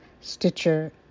Stitcher